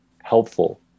helpful